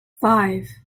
five